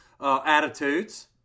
attitudes